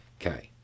Okay